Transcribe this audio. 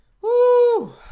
Woo